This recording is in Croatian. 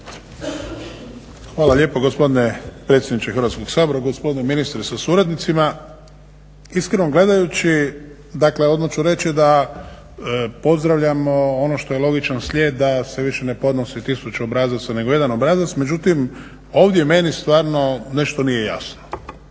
Hvala lijepo gospodine predsjedniče Hrvatskog sabora. Gospodine ministre sa suradnicima. Iskreno gledajući dakle odmah ću reći da pozdravljamo ono što je logičan slijed da se više ne podnosi tisuću obrazaca nego jedan obrazac, međutim ovdje meni stvarno nešto nije jasno.